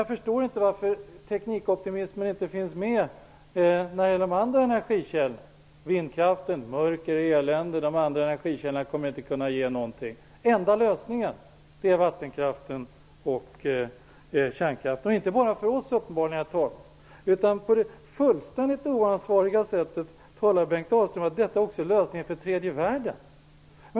Jag förstår inte varför teknikoptimismen inte finns med när det gäller de andra energikällorna. När Bengt Dalström talar om vindkraften är det bara mörker och elände, och de andra energikällorna kommer inte att kunna ge någonting. Enda lösningen är vattenkraften och kärnkraften, och uppenbarligen inte bara för oss, herr talman. På ett fullständigt oansvarigt sätt talar Bengt Dalström om att detta också är lösningen för tredje världen.